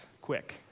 Quick